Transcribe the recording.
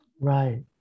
Right